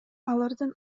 алардын